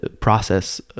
process